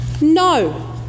No